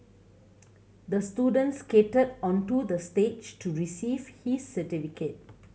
the student skated onto the stage to receive his certificate